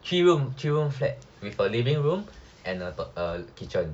three room flat with a living room and a kitchen